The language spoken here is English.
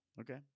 Okay